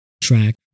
track